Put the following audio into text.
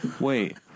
Wait